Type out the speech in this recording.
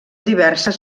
diverses